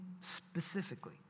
specifically